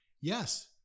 Yes